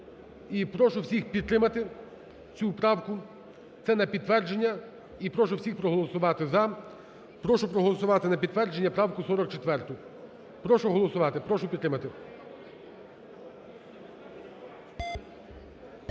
прошу всіх підтримати цю правку. Це на підтвердження. І прошу всіх проголосувати "за". Прошу проголосувати на підтвердження правку 44. Прошу голосувати, прошу підтримати.